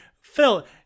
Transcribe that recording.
Phil